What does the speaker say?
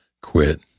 quit